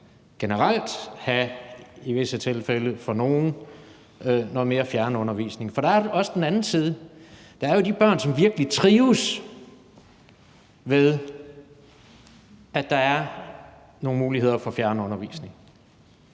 mere fjernundervisning for nogle i visse tilfælde. For der er også den anden side. Der er jo de børn, som virkelig trives med, at der er nogle muligheder for fjernundervisning.